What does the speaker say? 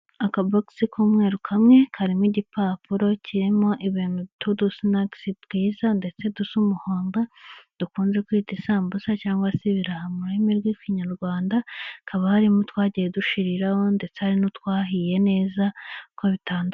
Akabogisi kumweru kamwe karimo igipapuro kirimo ibintu tw'udusinakisi twiza, ndetse dusa umuhondo dukunze kwita isambusa cyangwa se ibiraha, mu rurimi rw'ikinyarwanda, hakaba harimo utwagiye dushiriraho ndetse hari n'utwahiye neza uko bitandu.